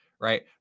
right